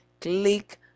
click